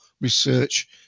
research